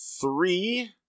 three